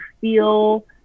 feel